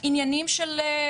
עניינים של דנ"א.